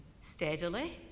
Steadily